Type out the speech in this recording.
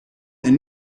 een